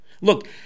Look